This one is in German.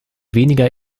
weniger